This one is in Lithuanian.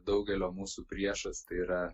daugelio mūsų priešas tai yra